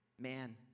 man